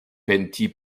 penti